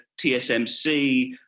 TSMC